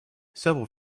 several